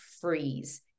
freeze